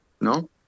no